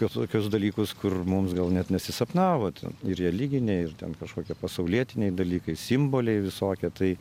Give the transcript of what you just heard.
visokius dalykus kur mums gal net nesisapnavo ten ir religiniai ir ten kažkokie pasaulietiniai dalykai simboliai visokie tai